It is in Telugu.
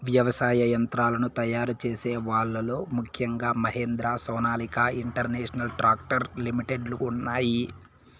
వ్యవసాయ యంత్రాలను తయారు చేసే వాళ్ళ లో ముఖ్యంగా Mahindra, Sonalika international tractor limited లు ఉన్నాయి